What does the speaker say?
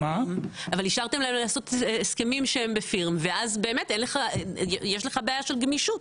אישרתם להם לעשות הסכמים ואז יש לך בעיה של גמישות.